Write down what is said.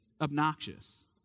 obnoxious